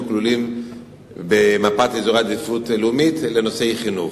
כלולים במפת אזורי עדיפות לאומית בנושאי חינוך.